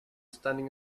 standing